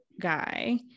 guy